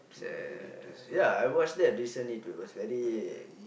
uh yeah I watched that recently too it was very